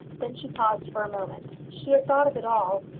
then she paused for a moment. she had thought of it all,